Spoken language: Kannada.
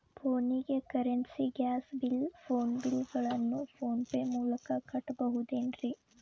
ಫೋನಿಗೆ currency, gas bill, phone bill ಗಳನ್ನು ಫೋನ್ ಪೇ ಮೂಲಕ ಕಟ್ಟಬಹುದೇನ್ರಿ?